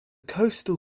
coastal